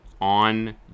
on